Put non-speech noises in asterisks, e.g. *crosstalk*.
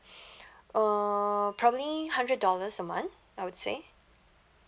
*breath* uh probably hundred dollars a month I would say